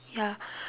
ya